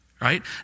Right